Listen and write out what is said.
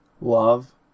love